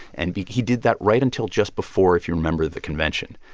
and but he did that right until just before, if you remember, the convention.